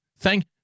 Thank